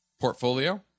portfolio